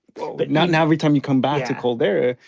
but not now every time you come back to cold air.